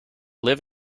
live